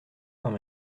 quand